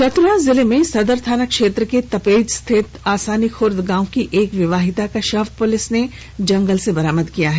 चतरा जिले के सदर थाना क्षेत्र के तपेज स्थित आसानी खूर्द गांव की एक विवाहिता का शव पुलिस ने जंगल से बरामद किया है